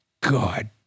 God